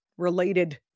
related